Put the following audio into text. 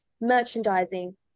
merchandising